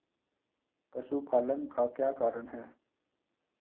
पशुपालन का क्या कारण है?